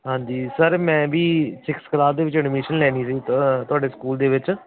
ਹਾਂਜੀ ਸਰ ਮੈਂ ਵੀ ਸਿਕਸਥ ਕਲਾਸ ਦੇ ਵਿੱਚ ਐਡਮਿਸ਼ਨ ਲੈਣੀ ਸੀ ਤ ਤੁਹਾਡੇ ਸਕੂਲ ਦੇ ਵਿੱਚ